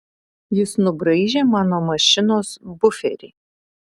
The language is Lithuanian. jis nubraižė mano mašinos buferį